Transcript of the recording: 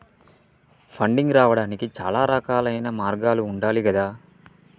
funding రావడానికి చాలా రకాలైన మార్గాలు ఉండాలి గదా